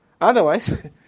Otherwise